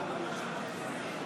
הצעת האי-אמון של יש עתיד הוסרה.